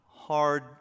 hard